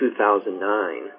2009